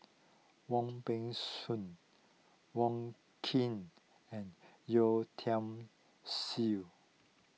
Wong Peng Soon Wong Keen and Yeo Tiam Siew